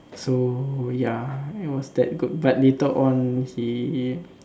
so ya it was that good but later on he